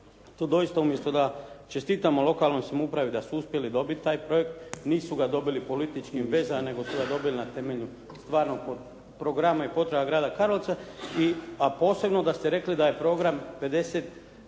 To doista, umjesto da čestitamo lokalnoj samoupravi da su uspjeli dobiti taj projekt nisu ga dobili političkim vezama, nego su ga dobili na temelju stvarnog programa i potreba grada Karlovca. A posebno da ste rekli da je program 50%